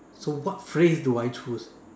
so what phrase do I choose ah